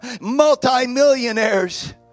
multi-millionaires